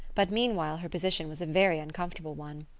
but meanwhile her position was a very uncomfortable one.